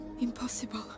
Impossible